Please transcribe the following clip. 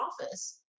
office